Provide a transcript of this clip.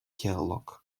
диалог